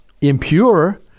impure